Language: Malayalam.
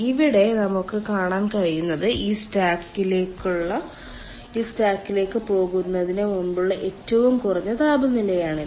ഇവിടെ നമുക്ക് കാണാൻ കഴിയുന്നത് ഈ സ്റ്റാക്കിലേക്ക് പോകുന്നതിന് മുമ്പുള്ള ഏറ്റവും കുറഞ്ഞ താപനിലയാണിത്